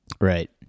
Right